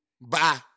Bye